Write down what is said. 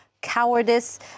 Cowardice